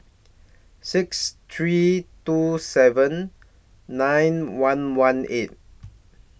six three two seven nine one one eight